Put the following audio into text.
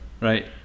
right